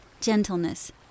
gentleness